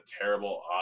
terrible